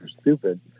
stupid